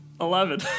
Eleven